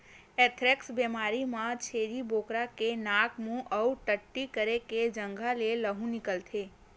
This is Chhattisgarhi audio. एंथ्रेक्स बेमारी म छेरी बोकरा के नाक, मूंह अउ टट्टी करे के जघा ले लहू निकलथे